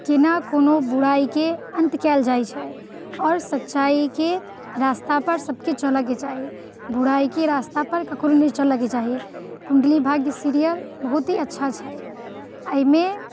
केना कोनो बुराइके अन्त कयल जाइत छै आओर सच्चाइके रास्तापर सभकेँ चलयके चाही बुराइके रास्तापर ककरो नहि चलयके चाही कुण्डली भाग्य सीरियल बहुत ही अच्छा छै एहिमे